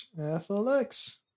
Athletics